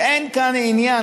שאין כאן עניין,